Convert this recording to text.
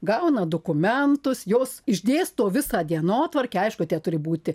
gauna dokumentus jos išdėsto visą dienotvarkę aišku te turi būti